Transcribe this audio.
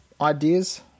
ideas